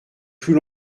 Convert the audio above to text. plus